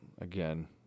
Again